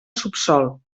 subsòl